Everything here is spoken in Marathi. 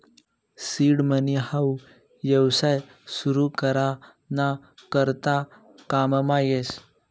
सीड मनी हाऊ येवसाय सुरु करा ना करता काममा येस